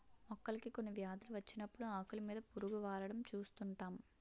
మొక్కలకి కొన్ని వ్యాధులు వచ్చినప్పుడు ఆకులు మీద పురుగు వాలడం చూస్తుంటాం